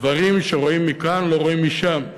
דברים שרואים מכאן לא רואים משם,